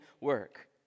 work